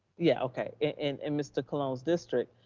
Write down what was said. yeah, okay, in and mr. colon's district,